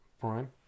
Prime